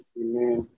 amen